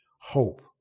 hope